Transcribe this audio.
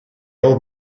old